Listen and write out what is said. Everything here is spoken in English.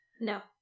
No